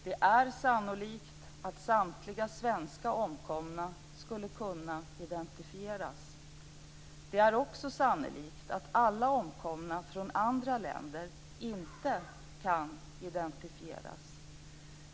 Det är sannolikt att samtliga svenska omkomna skulle kunna identifieras. Det är också sannolikt att alla omkomna från andra länder inte kan identifieras.